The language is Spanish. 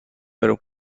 pero